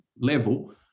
level